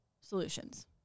solutions